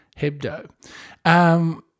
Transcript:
Hebdo